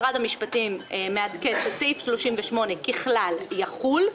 משרד המשפטים מעדכן שסעיף 38 ככלל יחול,